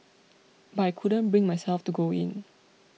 but I couldn't bring myself to go in